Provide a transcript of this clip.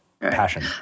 passion